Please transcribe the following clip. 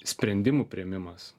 sprendimų priėmimas